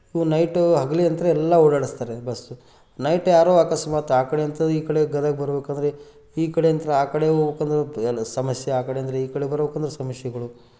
night ಹಗಲಿಯಂತ್ರ ಎಲ್ಲ ಓಡಾಡಿಸ್ತಾರೆ ಬಸ್ಸು ನೈಟ್ ಯಾರೋ ಅಕಸ್ಮಾತ್ ಆ ಕಡೆ ಅಂತ ಈ ಕಡೆ ಗದಗ ಬರ್ಬೇಕೆಂದರೆ ಈ ಕಡೆ ಅಂತ ಆ ಕಡೆ ಹೋಗ್ಬೇಕಂದ್ರೂ ಸಮಸ್ಯೆ ಆ ಕಡೆಯಿಂದ ಈ ಕಡೆ ಬರೋಕ್ಕೂ ಸಮಸ್ಯೆಗಳು